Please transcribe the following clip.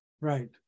right